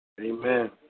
Amen